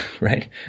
right